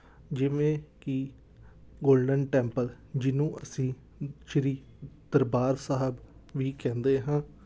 ਜਿਵੇਂ ਕਿ Golden Temple ਜਿਹਨੂੰ ਅਸੀਂ ਸ੍ਰੀ ਦਰਬਾਰ ਸਾਹਿਬ ਵੀ ਕਹਿੰਦੇ ਹਾਂ